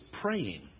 praying